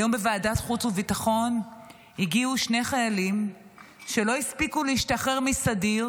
היום בוועדת החוץ והביטחון הגיעו שני חיילים שלא הספיקו להשתחרר מסדיר,